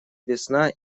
весна